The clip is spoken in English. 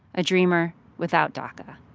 a dreamer without daca.